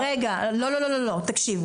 רגע, רגע, לא, לא, תקשיבו.